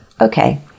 Okay